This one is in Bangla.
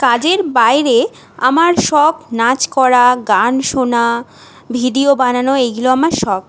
কাজের বাইরে আমার শখ নাচ করা গান শোনা ভিডিও বানানো এইগুলো আমার শখ